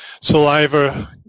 saliva